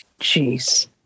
Jeez